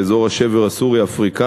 באזור השבר הסורי-אפריקני,